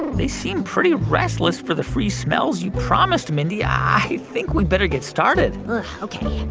they seem pretty restless for the free smells you promised, mindy. i think we better get started ok.